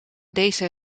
deze